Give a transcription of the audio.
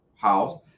house